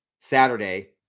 Saturday